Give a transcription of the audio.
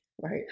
Right